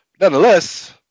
Nonetheless